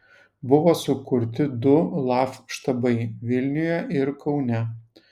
buvo sukurti du laf štabai vilniuje ir kaune